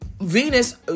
Venus